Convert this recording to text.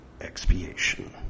Expiation